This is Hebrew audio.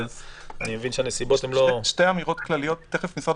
אבל אני מבין שהנסיבות הן לא --- תיכף משרד